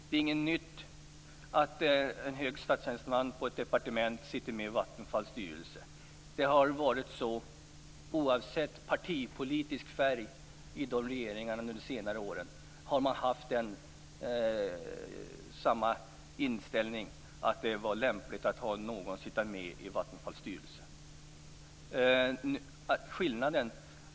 Det är inte något nytt att en hög statstjänsteman på ett departement sitter med i Vattenfalls styrelse. Så har det varit, oavsett partipolitisk färg, i regeringarna under senare år. Man har haft samma inställning, dvs. att det är lämpligt att ha någon som sitter med i Vattenfalls styrelse.